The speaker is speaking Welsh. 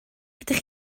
ydych